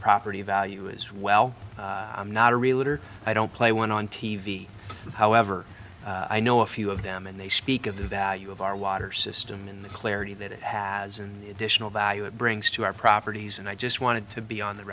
property value as well not a real it or i don't play one on t v however i know a few of them and they speak of the value of our water system in the clarity that it has in the additional value it brings to our properties and i just wanted to be on the